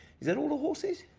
is that all the horse is?